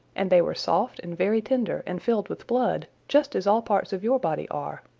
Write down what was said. and they were soft and very tender and filled with blood, just as all parts of your body are.